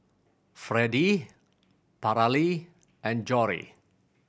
Fredie Paralee and Jory